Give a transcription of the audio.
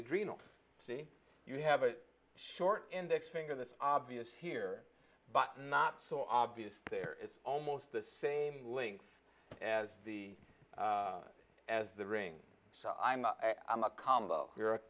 adrenal see you have a short index finger that's obvious here but not so obvious there is almost the same link as the as the ring so i'm i'm a combo you're a